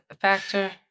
factor